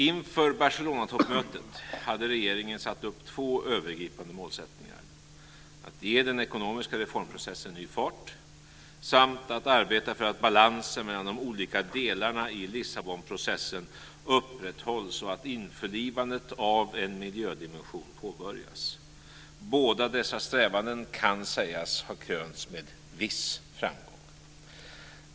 Inför Barcelonatoppmötet hade regeringen satt upp två övergripande målsättningar: - att ge den ekonomiska reformprocessen ny fart samt - att arbeta för att balansen mellan de olika delarna i Lissabonprocessen upprätthålls och att införlivandet av en miljödimension påbörjas. Båda dessa strävanden kan sägas ha krönts med viss framgång.